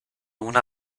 una